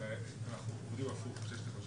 מכיוון שעבר חוק כל כך זרוע